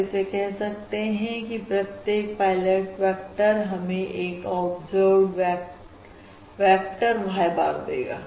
तो इसे कह सकते हैं कि प्रत्येक पायलट वेक्टर हमें एक ऑब्जर्व ट्रैक्टर y bar देगा